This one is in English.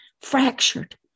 fractured